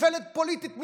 איוולת פוליטית,